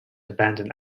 abandon